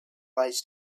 lies